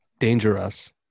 Dangerous